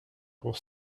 pour